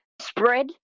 spread